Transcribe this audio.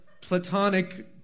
platonic